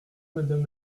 madame